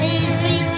easy